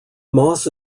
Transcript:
moss